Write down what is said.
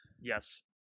Yes